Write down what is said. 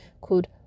called